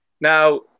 Now